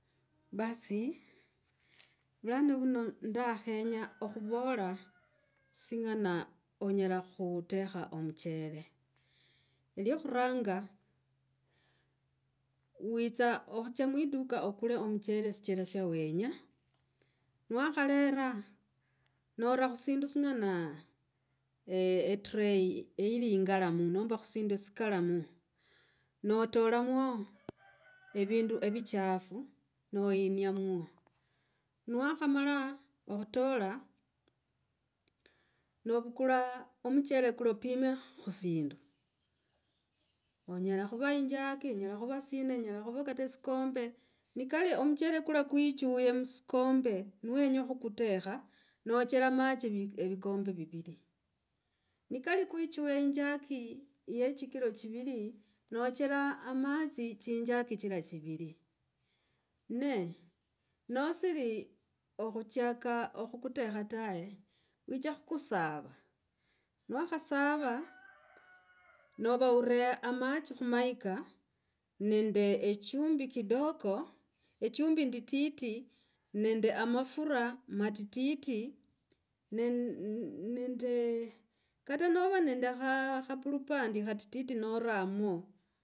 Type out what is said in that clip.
Basi vulana vuno ndakhenya okhuvola singana onyela khuteka omuchele. Lyo khuranga, witsa okhutsia muiduka okule omuchele sichera sya wenya niwakholera nora khusindu singana etray eili ingalamu. Nomba sindu sikalamu. Notalamwa evindu evichafu noyinyamo. Niwakhalama okhutola novukula omuchele kulya opime khusindu. Enyela khuva injaki, enyela khuva sina, enyela khuva kata sikombe. Nekali omuchele kula kwichve musikombe niwenya khukutekha nochera machi vikombe viviri, nekali kuichve injaki ye chikiro chiviri nochera amatsi tsinjaki tsira tsiviri ne nosiri okhuchaka okhutekha tawe, wicha khukusava, niwakhasava nova ur amachi khu mayika, nende echumbi kidoka, echumbi nditit, nende mafura ma tititi ne nende. Kata nova nende kha kha pluepand khatiti noramo.